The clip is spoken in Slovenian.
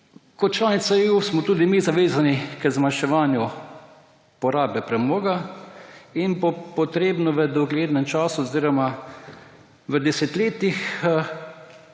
Kot članica EU smo tudi mi zavezani k zmanjševanju porabe premoga in se bo treba v doglednem času oziroma v desetletjih